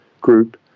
group